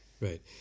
Right